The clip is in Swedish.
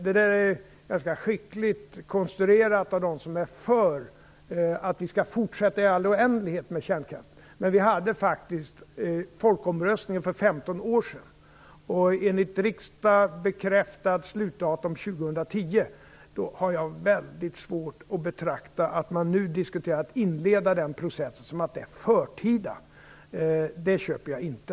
Det där är ganska skickligt konstruerat av dem som är för att vi skall fortsätta i all oändlighet med kärnkraft. Men vi hade faktiskt en folkomröstning för 15 år sedan, och vi har ett enligt riksdagen bekräftat slutdatum 2010. Att man nu diskuterar att inleda den processen har jag väldigt svårt att betrakta som förtida. Det köper jag inte.